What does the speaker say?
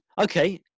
Okay